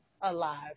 alive